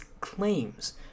claims